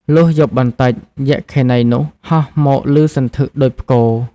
លុះយប់បន្តិច យក្ខិនីនោះហោះមកលឺសន្ធឹកដូចផ្គរ។